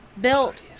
built